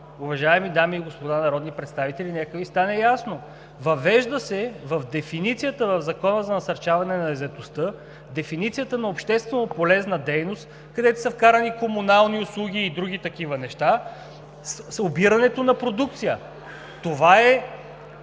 уважаеми дами и господа народни представители, нека Ви стане ясно – въвежда се в дефиницията в Закона за насърчаване на заетостта дефиницията на общественополезна дейност, където са вкарани комунални услуги и други такива неща, обирането на продукция. Това е